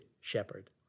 shepherd